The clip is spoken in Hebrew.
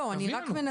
לא, לא, אני רק מנסה.